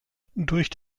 durch